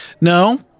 No